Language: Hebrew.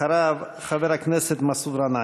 אחריו, חבר הכנסת מסעוד גנאים.